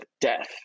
death